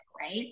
right